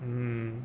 mm